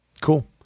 Cool